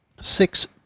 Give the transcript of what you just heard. Six